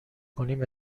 کنیم